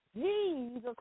Jesus